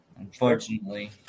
Unfortunately